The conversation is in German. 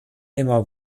immer